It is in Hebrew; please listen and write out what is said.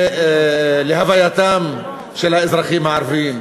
ולהווייתם של האזרחים הערבים.